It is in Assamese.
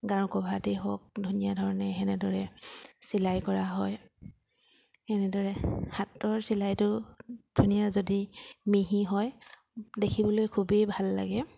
গাৰু কভাৰতেই হওক ধুনীয়া ধৰণে তেনেদৰে চিলাই কৰা হয় এনেদৰে হাতৰ চিলাইটো ধুনীয়া যদি মিহি হয় দেখিবলৈ খুবেই ভাল লাগে